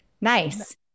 Nice